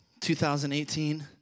2018